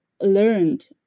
learned